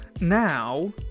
now